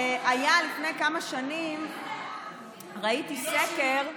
לפני כמה שנים ראיתי סקר,